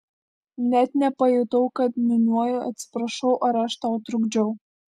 net nepajutau kad niūniuoju atsiprašau ar aš tau trukdžiau